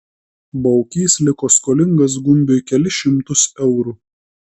baukys liko skolingas gumbiui kelis šimtus eurų